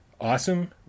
awesome